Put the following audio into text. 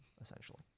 essentially